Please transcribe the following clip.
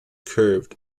curved